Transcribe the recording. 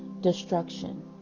destruction